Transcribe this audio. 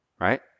Right